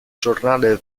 giornale